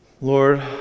Lord